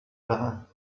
دهند